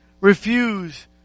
refuse